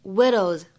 widows